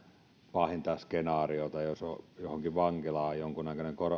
pahinta skenaariota jos johonkin vankilaan jonkinnäköinen